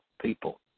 people